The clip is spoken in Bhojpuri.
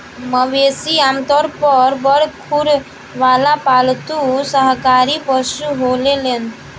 मवेशी आमतौर पर बड़ खुर वाला पालतू शाकाहारी पशु होलेलेन